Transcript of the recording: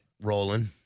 rolling